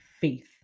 faith